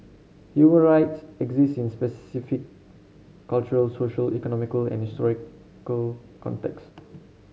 human rights exist in specific cultural social economic and contexts